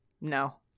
No